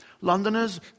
Londoners